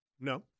No